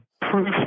proof